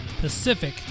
Pacific